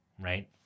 right